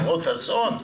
הרות אסון?